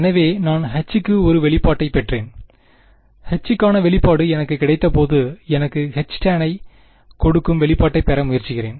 எனவே நான் H க்கு ஒரு வெளிப்பாட்டைப் பெற்றேன் H க்கான வெளிப்பாடு எனக்கு கிடைத்தபோது எனக்குHtan ஐக் கொடுக்கும் வெளிப்பாட்டைப் பெற முயற்சிக்கிறேன்